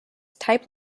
type